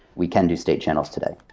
we can do state channels today.